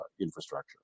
infrastructure